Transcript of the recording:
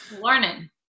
learning